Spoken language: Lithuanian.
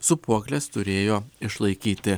sūpuoklės turėjo išlaikyti